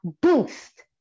boost